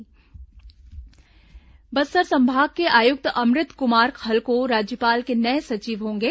तबादला बस्तर संभाग के आयुक्त अमृत कुमार खलको राज्यपाल के नये सचिव होंगे